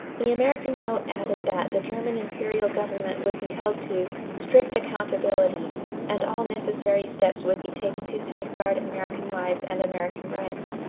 the american note added that the german imperial government would be held to strict accountability and all necessary steps would be taken to safeguard american lives and american rights.